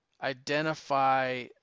identify